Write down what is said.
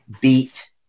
beat